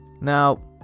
Now